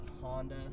honda